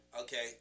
okay